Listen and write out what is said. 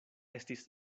estis